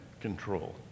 control